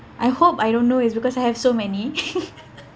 I hope I don't know is because I have so many